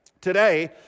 today